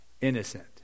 innocent